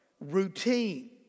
routine